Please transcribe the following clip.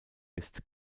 ist